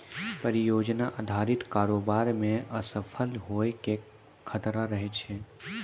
परियोजना अधारित कारोबार मे असफल होय के खतरा रहै छै